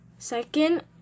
Second